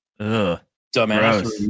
dumbass